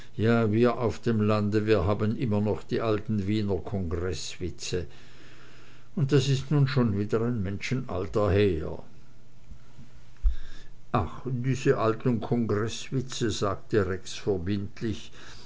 wir auf dem lande wir haben immer noch die alten wiener kongreß witze und das ist nun schon wieder ein menschenalter her ach diese alten kongreßwitze sagte rex